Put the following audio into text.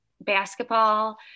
basketball